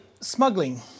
smuggling